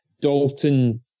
Dalton